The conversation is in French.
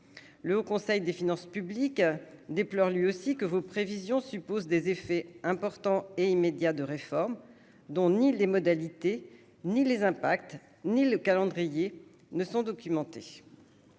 le Haut Conseil des finances publiques, déplore lui aussi que vos prévisions supposent des effets importants et immédiats de réformes dont ni les modalités ni les impacts, ni le calendrier ne sont documentés,